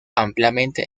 ampliamente